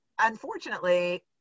unfortunately